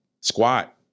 squat